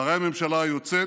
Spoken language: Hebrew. שרי הממשלה היוצאת,